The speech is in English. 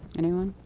anyone?